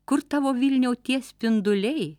kur tavo vilniau tie spinduliai